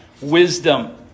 wisdom